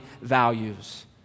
values